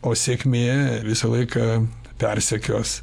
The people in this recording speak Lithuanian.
o sėkmė visą laiką persekios